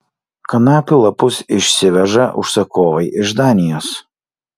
kanapių lapus išsiveža užsakovai iš danijos